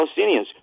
Palestinians